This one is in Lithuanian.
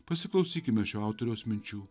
pasiklausykime šio autoriaus minčių